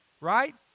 right